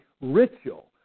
ritual